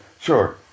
sure